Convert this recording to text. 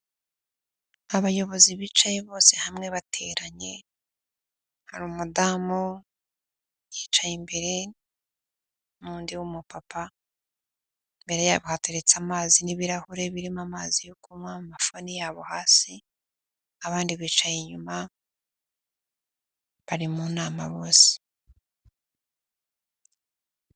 Abayobozi bicaye bose hamwe bateranye, hari umudamu yicaye imbere n'undi w'umupapa imbere yabo hateretse amazi n'ibirahure birimo amazi yo kunywa, amafone yabo hasi, abandi bicaye inyuma bari mu nama bose.